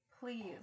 Please